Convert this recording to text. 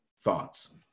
thoughts